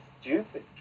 stupid